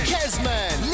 Kesman